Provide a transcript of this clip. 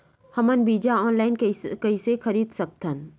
हमन बीजा ऑनलाइन कइसे खरीद सकथन?